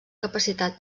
capacitat